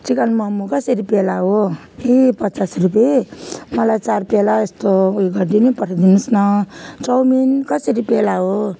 chicken मम कसरी प्याला हो ए पचास रुपे मलाई चार प्याला यस्तो उयो गरिदिनु पठाइदिनु होस् न चौमिन कसरी प्याला हो